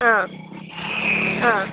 ಹಾಂ ಹಾಂ